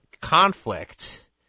conflict